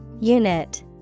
Unit